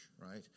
right